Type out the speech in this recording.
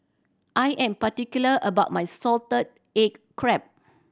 I am particular about my salted egg crab